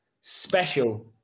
special